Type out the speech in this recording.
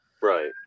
right